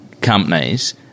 companies